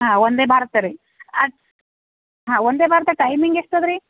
ಹಾಂ ವಂದೇ ಭಾರತ್ ರೀ ಅದು ಹಾಂ ವಂದೇ ಭಾರತ್ ಟೈಮಿಂಗ್ ಎಷ್ಟಿದೆ ರೀ